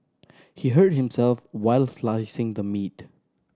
he hurt himself while slicing the meat